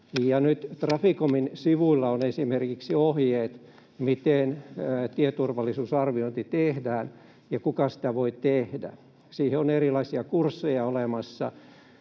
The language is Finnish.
Traficomin sivuilla on esimerkiksi ohjeet, miten tieturvallisuusarviointi tehdään ja kuka sitä voi tehdä. Siihen on erilaisia kursseja olemassa.